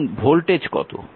এখন ভোল্টেজ কত